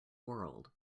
world